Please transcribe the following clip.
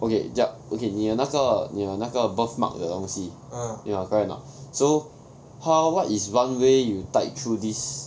okay ya okay 你有那个你有那个 birthmark 的东西 ya correct anot so how what is one way tide through this